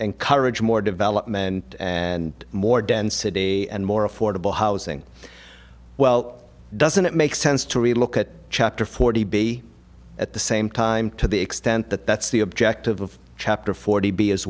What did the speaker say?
encourage more development and more density and more affordable housing well doesn't it make sense to really look at chapter forty b at the same time to the extent that that's the objective of chapter forty b as